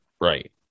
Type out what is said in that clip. Right